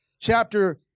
chapter